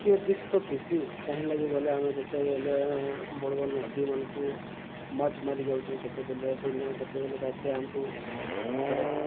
କିଏ ରିକ୍ସ ତଥିସି କାହିଁ ଲାଗି ବୋଇଲେ ଆମେ ଯେତେବେଲେ ବଡ଼ ବଡ଼ ନଦୀମାନଙ୍କୁ ମାଛ ମାରିଯାଉଛୁଁ କେତେବେଲେ ବନ୍ୟା କେତେବେଲେ ବାତ୍ୟା ଆମକୁ ତାର